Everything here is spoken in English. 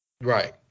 Right